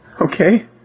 okay